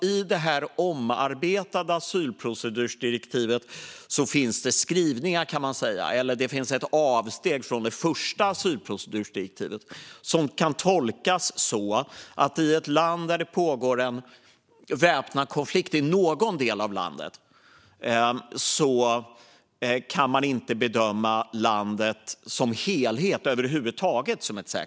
I det omarbetade asylprocedursdirektivet finns det ett avsteg från det första asylprocedursdirektivet som kan tolkas så att ett land där det pågår en väpnad konflikt i någon del av landet inte som helhet kan bedömas som ett säkert land över huvud taget.